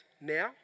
now